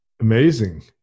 amazing